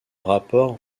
rapport